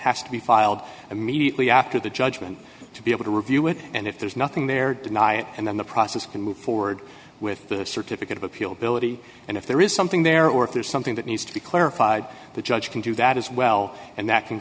has to be filed immediately after the judgment to be able to review it and if there's nothing there deny it and then the process can move forward with a certificate of appeal billet and if there is something there or if there's something that needs to be clarified the judge can do that as well and that can